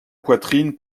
poitrine